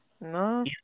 No